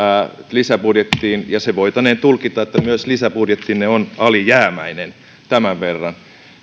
lisäbudjettiin ja voitaneen tulkita että myös lisäbudjettinne on alijäämäinen tämän verran